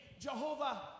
Jehovah